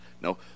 No